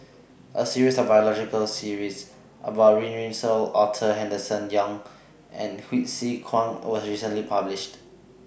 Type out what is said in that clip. A series of biological series about Run Run Shaw Arthur Henderson Young and Hsu Tse Kwang was recently published